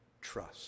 Trust